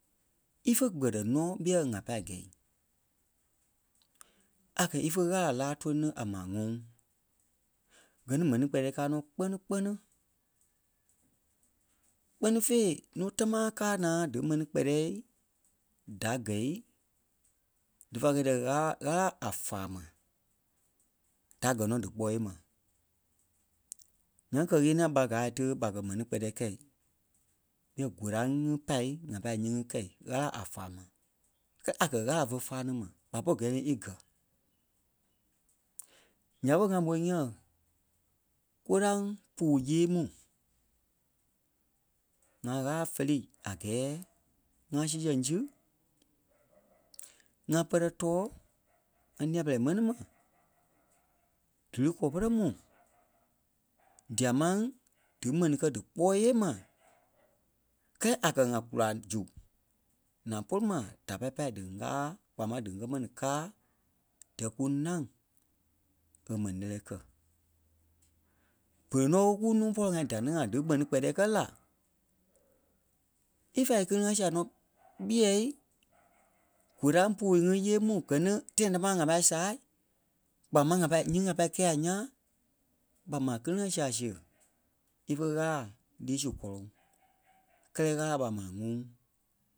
Ífe kpɛtɛ nɔ́ ɓîɛ ŋa pâi gɛ̂i. A kɛ́ ífe Ɣâla láa tóli ní a maa ŋuŋ gɛ ni mɛnii kpɛtɛɛ káa nɔ́ kpɛ́ni-kpɛni. Kpɛ́ni fêi núu támaa káa naa dí mɛni kpɛtɛɛ da gɛ̂i dífa kɛ̀ dia Ɣâla- Ɣâla a fàa maa da gɛ̀ nɔ́ díkpɔɔi yêei ma. Nyaŋ kɛ-ɣeniɛi ɓa gaa tí ɓa kɛ́ mɛni kpɛtɛɛ kɛ̂i yɛ̂ góraŋ ŋí pâi ŋa pâi nyíŋi kɛ́i Ɣâla a fàa maa. Kɛ́lɛ a kɛ̀ Ɣâla fé fáa tí ma ɓa pɔri gɛɛ lè í gɛ̀. Ǹya ɓé ŋa mó nyã koraŋ puu yêei mu ŋa Ɣâla fɛlí a gɛɛ ŋa sii sɛŋ si, ŋa pɛrɛ tɔɔ ŋa nîa-pɛlɛɛ mɛni ma dí lí kɔlɔi pɔrɔŋ mu dîa máŋ dí mɛni kɛ̀ díkpɔɔi yée ma kɛ́ɛ a kɛ̀ ŋa kula zu naa pôlu ma da pai pâi dí gàa kpaa máŋ dí ŋgɛ mɛni káa díyɛɛ kúnâŋ gɛ mɛni lɛ́lɛɛ kɛ. Berei nɔ́ ɓé kúnua pɔlɔ-ŋai da ní ŋai dímɛni kpɛtɛɛ kɛ̀ la. Ífa íkili-ŋa sia nɔ́ ɓîɛ kóraŋ puu ŋí yêei mu gɛ ni tãi támaa ŋa pâi saa kpaa máŋ ŋa pâi- nyíŋi a pâi kɛ̂i a ńyãa ɓa ma kili-ŋa sìɣe ífe Ɣâla lîi su kɔlɔŋ. Kɛ́lɛ Ɣâla ɓa maa ŋuŋ